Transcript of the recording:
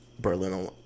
Berlin